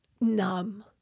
numb